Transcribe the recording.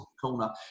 corner